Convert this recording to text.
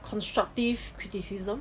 constructive criticism